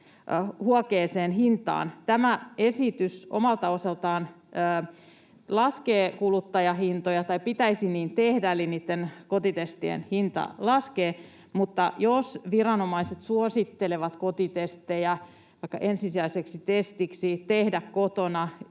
huokeaan hintaan. Tämä esitys omalta osaltaan laskee kuluttajahintoja — tai sen pitäisi niin tehdä — eli niitten kotitestien hinta laskee, mutta jos viranomaiset suosittelevat kotitestejä vaikka ensisijaiseksi testiksi, jos